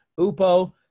upo